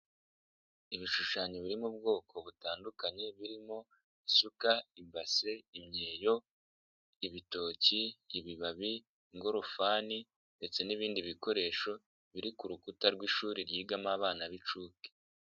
Ibishushanyo biri mu bwoko butandukanye, birimo, isuka, ibase, imyeyo, ibitoki, ibibabi, ingorofani ndetse n'ibindi bikoresho, biri ku rukuta rw'ishuri ryigamo abana b'inshuke.